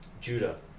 Judah